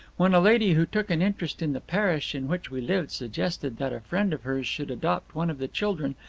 when a lady who took an interest in the parish in which we lived suggested that a friend of hers should adopt one of the children,